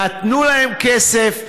נתנו להם כסף,